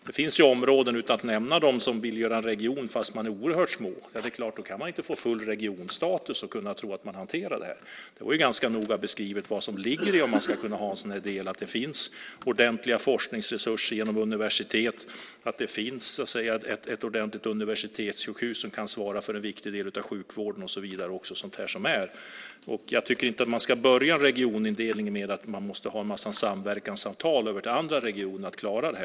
Det finns områden - utan att nämna dem - som vill utgöra en region fast de är oerhört små. Det är klart att man då inte kan få full regionstatus och kunna tro att man hanterar det. Det var ganska noga beskrivet vad som ligger i att man skulle kunna ha det, att det finns ordentliga forskningsresurser genom universitet, att det finns ett ordentligt universitetssjukhus som kan svara för en viktig del av sjukvården och så vidare. Jag tycker inte att man ska börja en regionindelning med att vara tvungen att ha en massa samverkansavtal med andra regioner för att klara av det.